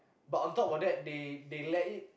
but on top of that they they let it